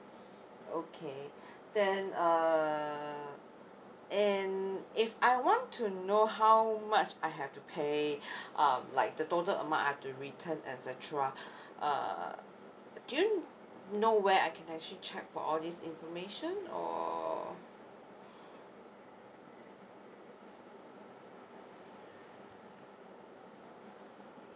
okay then um and if I want to know how much I have to pay um like the total amount I have to return etcetera uh do you know where I can actually check for all these information or